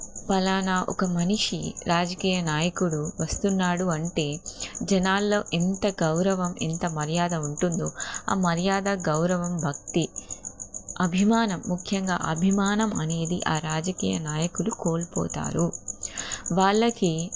ఫలానా ఒక మనిషి రాజకీయ నాయకుడు వస్తున్నాడు అంటే జనాల్లో ఎంత గౌరవం ఎంత మర్యాద ఉంటుందో ఆ మర్యాద గౌరవం భక్తి అభిమానం ముఖ్యంగా అభిమానం అనేది ఆ రాజకీయ నాయకుడు కోల్పోతారు వాళ్ళకి